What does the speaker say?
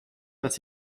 dass